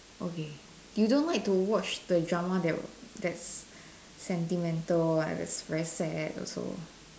okay you don't like to watch the drama that that's sentimental and that's very sad also